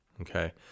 okay